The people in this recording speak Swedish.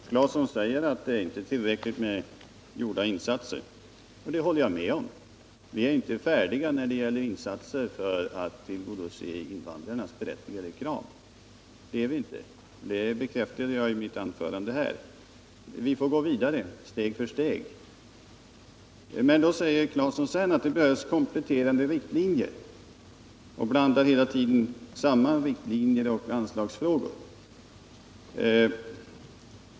Herr talman! Tore Claeson säger att det inte är tillräckligt med gjorda insatser — och det håller jag med om. Vi är inte färdiga när det gäller insatserna för att tillgodose invandrarnas berättigade krav, utan vi får gå vidare steg för steg. Det bekräftade jag i mitt anförande. Men då säger Tore Claeson att det är nödvändigt med kompletterande riktlinjer och blandar hela tiden ihop riktlinjer och anslagsfrågor.